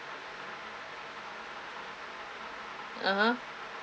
(uh huh)